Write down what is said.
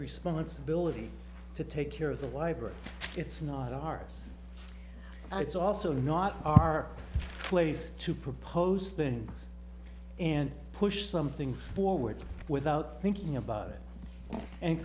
responsibility to take care of the library it's not ours it's also not our place to propose things and push something forward without thinking about it and